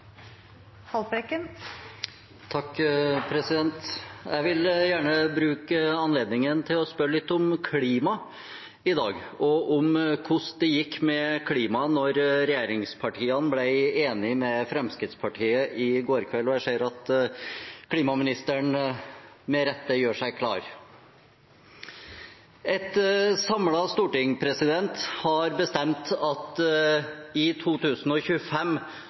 Jeg vil gjerne bruke anledningen til å spørre litt om klima i dag, og om hvordan det gikk med klima da regjeringspartiene ble enig med Fremskrittspartiet i går kveld – og jeg ser at klimaministeren med rette gjør seg klar. Et samlet Stortinget har bestemt at i 2025